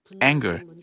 Anger